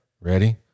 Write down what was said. Ready